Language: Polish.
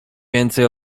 więcej